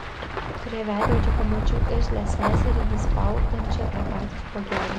prie veidrodžio pamačiau irzlią seserį vis spaudančią tą patį spuogelį